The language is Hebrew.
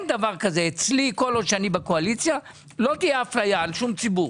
דבר כזה כל עוד אני בקואליציה לא תהיה אפליה על שום ציבור